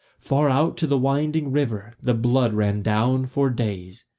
far out to the winding river the blood ran down for days,